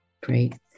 Great